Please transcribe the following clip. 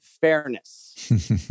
Fairness